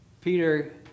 Peter